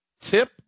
tip